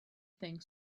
things